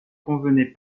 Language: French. convenait